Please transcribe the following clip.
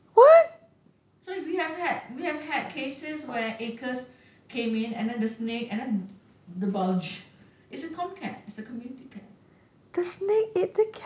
so we have had we have had cases where ACRES came in and then the snake and then the bulge it's a com cat it's a community cat